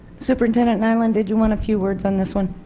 superintendent nyland did you want a few words on this one?